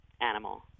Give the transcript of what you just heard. animal